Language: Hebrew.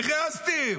איך העזתם?